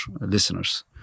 listeners